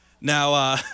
now